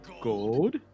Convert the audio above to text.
Gold